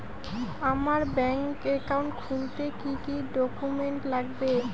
আমার bank account খুলতে কি কি ডকুমেন্ট লাগবে?